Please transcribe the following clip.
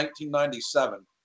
1997